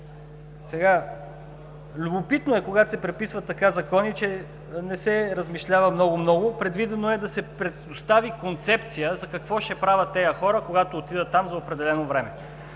съвет. Любопитно е, когато се преписват така закони, че не се размишлява много, много. Предвидено е да се предостави концепция какво ще правят тези хора, когато отидат там за определено време.